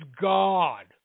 God